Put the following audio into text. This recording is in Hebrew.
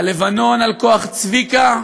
על לבנון, על כוח צביקה,